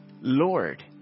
Lord